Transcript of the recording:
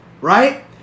right